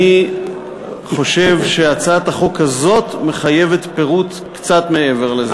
אני חושב שהצעת החוק הזאת מחייבת פירוט קצת מעבר לזה.